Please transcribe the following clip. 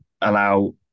allow